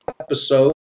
episode